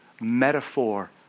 metaphor